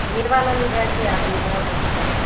ये वाला ले जाइए आप यह बहुत अच्छा है